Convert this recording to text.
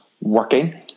working